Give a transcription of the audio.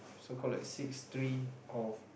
so call like six string of